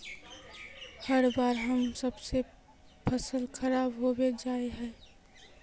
हर बार हम्मर सबके फसल खराब होबे जाए है?